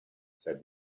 said